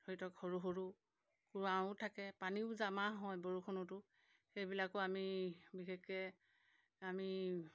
সেইটো সৰু সৰু কুঁৱাও থাকে পানীও জমা হয় বৰষুণতো সেইবিলাকো আমি বিশেষকৈ আমি